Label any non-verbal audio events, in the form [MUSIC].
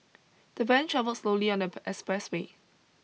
the van travelled slowly on the [UNINTELLIGIBLE] expressway